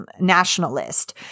nationalist